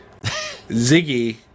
Ziggy